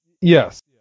Yes